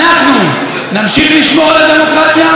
אנחנו נמשיך לשמור על הדמוקרטיה.